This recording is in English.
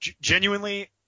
genuinely